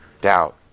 doubt